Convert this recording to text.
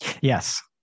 Yes